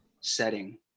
setting